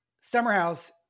Summerhouse